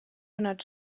donat